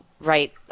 right